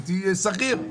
הייתי שכיר.